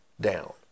down